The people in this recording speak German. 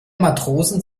matrosen